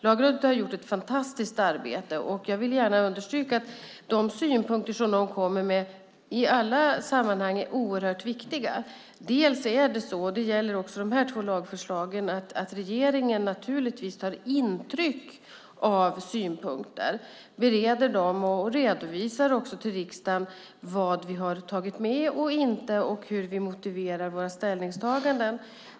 Lagrådet har gjort ett fantastiskt arbete. Jag vill gärna understryka att de synpunkter som Lagrådet kommer med i alla sammanhang är oerhört viktiga. Naturligtvis tar regeringen - det gäller också de här båda förslagen - intryck av inkomna synpunkter. Vi bereder dessa och redovisar för riksdagen vad vi tagit med eller inte och hur vi motiverar våra ställningstaganden.